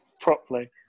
properly